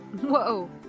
Whoa